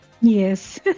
Yes